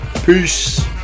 Peace